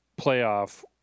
playoff